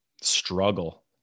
struggle